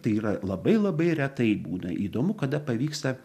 tai yra labai labai retai būna įdomu kada pavyksta